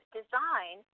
design